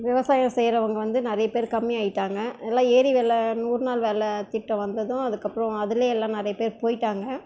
விவசாயம் செய்கிறவங்க வந்து நிறையா பேர் கம்மியாகிட்டாங்க எல்லாம் ஏரி வேலை நூறு நாள் வேலை திட்டம் வந்ததும் அதுக்கு அப்புறம் அதிலயே எல்லாம் நிறையா பேர் போய்விட்டாங்க